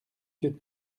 que